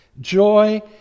joy